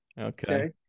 Okay